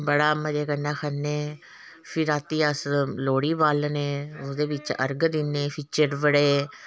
बड़ा मजे कन्नै खन्ने फिर रातीं अस लोह्ड़ी बालने ओह्दे बिच अरग दि'न्ने फ्ही चटपटे